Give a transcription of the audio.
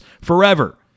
forever